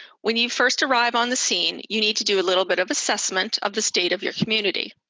when you first arrive on the scene, you need to do a little bit of assessment of the state of your community.